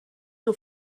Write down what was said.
nur